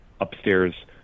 upstairs